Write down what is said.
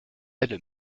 elle